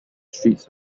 streets